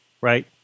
right